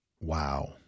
Wow